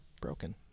broken